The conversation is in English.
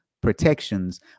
protections